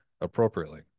appropriately